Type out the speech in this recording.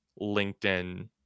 LinkedIn